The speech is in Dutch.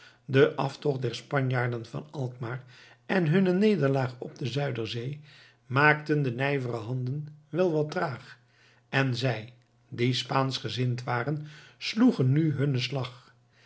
de aftocht der spanjaarden van alkmaar en hunne nederlaag op de zuiderzee maakten de nijvere handen wel wat traag en zij die spaanschgezind waren sloegen nu hunnen slag